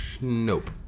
Nope